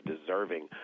deserving